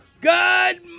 good